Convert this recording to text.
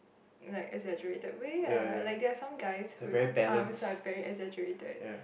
like exaggerated way ah like there are some guys whose arms are very exaggerated